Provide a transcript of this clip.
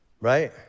right